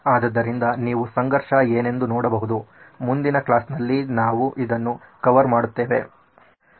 ಆದ್ದರಿಂದ ನೀವು ಸಂಘರ್ಷ ಏನೆಂದು ನೋಡಬಹುದು ಮುಂದಿನ ಕ್ಲಾಸ್ ನಲ್ಲಿ ನಾವು ಇದನ್ನು ಕವರ್ ಮಾಡುತ್ತೇವೆ